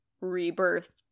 rebirth